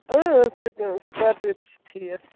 سُہ تہِ سُکارپِیو تہِ چھِ ٹھیٖک